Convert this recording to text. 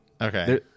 okay